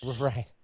right